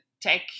tech